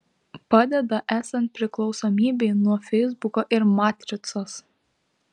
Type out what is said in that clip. padeda esant priklausomybei nuo feisbuko ir matricos